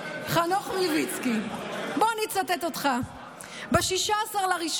חנוך מלביצקי, בוא אני אצטט אותך מ-16 בינואר: